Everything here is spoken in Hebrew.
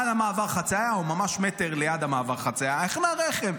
על מעבר החצייה או ממש מטר ליד מעבר החצייה החנה רכב.